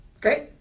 Great